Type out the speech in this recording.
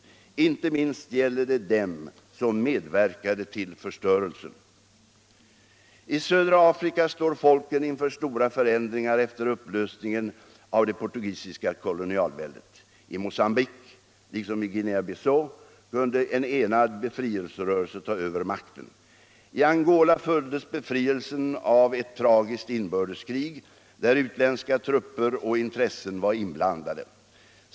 Inte minst gäller det dem som medverkade till förstörelsen. I södra Afrika står folken inför stora förändringar efter upplösningen av det portugisiska kolonialväldet. I Mogambique, liksom i Guinea-Bissau, kunde en enad befrielserörelse ta över makten. I Angola följdes befrielsen av ett tragiskt inbördeskrig, där utländska trupper och intressen var inblandade.